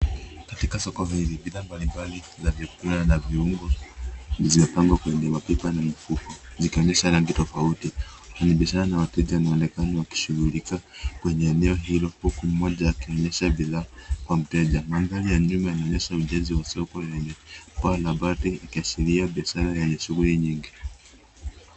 Katika soko hili bidhaa mbalimbali za vyakula na viungo zimepangwa kwenye mapipa na mifuko zikionyesha rangi tofauti. Wafanyabiashara na wateja wanaonekana wakishughulika kwenye eneo hilo huku mmoja akionyesha bidhaa kwa mteja. Mandhari ya nyuma inaonyesha ujenzi wa soko lenye paa la bati ikiashiria biashara yenye shughuli nyingi.